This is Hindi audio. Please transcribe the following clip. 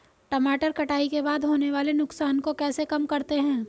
टमाटर कटाई के बाद होने वाले नुकसान को कैसे कम करते हैं?